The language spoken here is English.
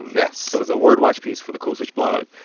yes it was a word watch piece for the code switch blog.